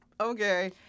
Okay